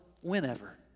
whenever